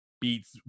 beats